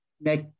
make